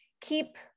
keep